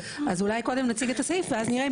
אז אולי קודם נציג את הסעיף ואז נראה אם